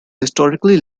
historically